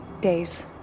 Days